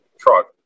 truck